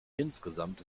insgesamt